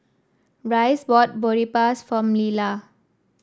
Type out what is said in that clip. Rhys bought Boribaps for Leesa